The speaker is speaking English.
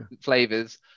flavors